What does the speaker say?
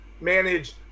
manage